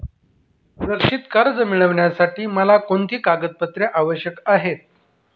सुरक्षित कर्ज मिळविण्यासाठी मला कोणती कागदपत्रे आवश्यक आहेत